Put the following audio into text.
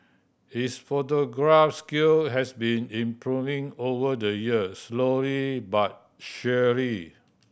his photography skill have been improving over the years slowly but surely